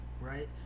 right